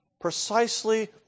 precisely